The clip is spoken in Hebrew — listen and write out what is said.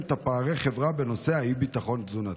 את פערי החברה בנושא האי-ביטחון התזונתי?